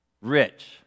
rich